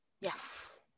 Yes